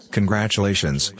Congratulations